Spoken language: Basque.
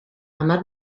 hamar